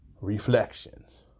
reflections